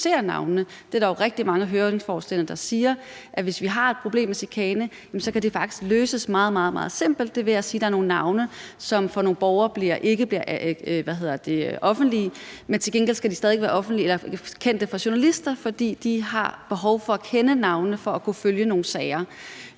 Det er der jo rigtig mange af høringsparterne der siger, altså at hvis vi har et problem med chikane, kan det faktisk løses meget, meget simpelt ved at sige, at der er nogle navne, som for nogle borgere ikke bliver offentlige, men som til gengæld stadig skal være kendte for journalister, fordi de har behov for at kende navnene for at kunne følge nogle sager.